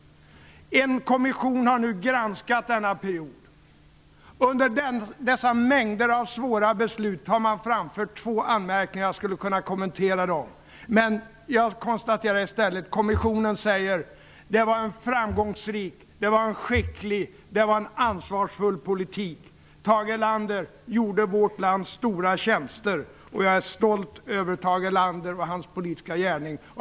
En kommission har nu granskat denna period. Av dessa mängder av svåra beslut har framförts två anmärkningar. Jag skulle kunna kommentera dem, men jag konstaterar i stället att kommissionen säger att det var en framgångsrik, skicklig och ansvarsfull politik. Tage Erlander gjorde vårt land stora tjänster. Jag är stolt över Tage Erlander och hans politiska gärning.